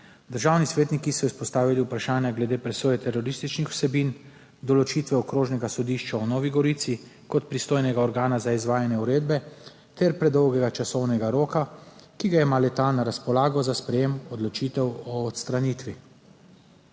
Državni svetniki so izpostavili vprašanja glede presoje terorističnih vsebin, določitve Okrožnega sodišča v Novi Gorici kot pristojnega organa za izvajanje uredbe ter predolgega časovnega roka, ki ga ima le-ta na razpolago za sprejetje odločitev o odstranitvi.